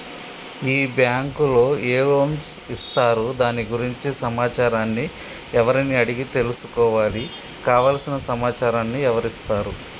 ఈ బ్యాంకులో ఏ లోన్స్ ఇస్తారు దాని గురించి సమాచారాన్ని ఎవరిని అడిగి తెలుసుకోవాలి? కావలసిన సమాచారాన్ని ఎవరిస్తారు?